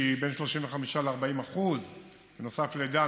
שהיא בין 35% ל-40% בנוסף לדן,